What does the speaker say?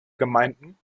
gemeinden